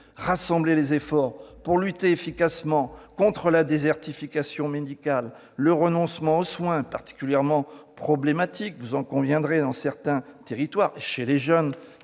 rassembler les efforts pour lutter efficacement contre la désertification médicale ou le renoncement aux soins, particulièrement problématique dans certains territoires et chez les jeunes